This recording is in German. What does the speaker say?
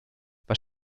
was